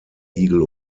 igel